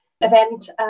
event